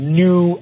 new